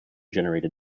generated